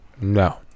No